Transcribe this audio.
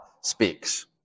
speaks